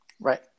Right